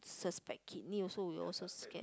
suspect kidney also we also scared